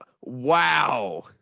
Wow